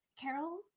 Carol